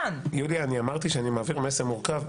יוליה, אני אמרתי שאני מעביר מסר מורכב.